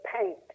paint